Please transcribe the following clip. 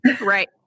Right